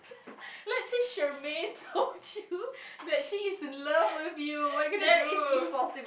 let's say Shermaine told you that she is in love with you what you gonna do